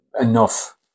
enough